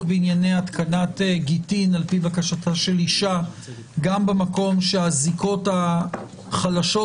בענייני התקנת גיטין על פי בקשתה של אישה גם במקום שהזיקות החלשות,